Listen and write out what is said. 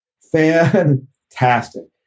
Fantastic